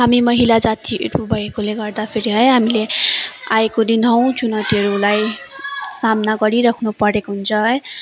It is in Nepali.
हामी महिला जातिहरू भएकोले गर्दाफेरि है हामीले आएको दिनहुँ चुनौतीहरूलाई सामना गरिराख्नु परेको हुन्छ है